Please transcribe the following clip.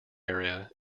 area